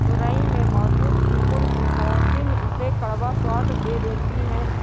तोरई में मौजूद कुकुरबिटॉसिन उसे कड़वा स्वाद दे देती है